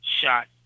shot